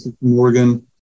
Morgan